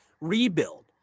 rebuild